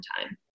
time